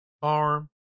farm